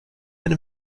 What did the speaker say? wenn